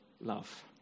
love